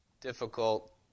difficult